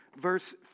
verse